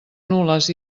nul·les